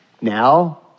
Now